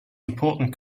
important